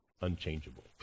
unchangeable